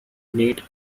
neat